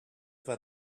that